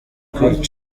kukwica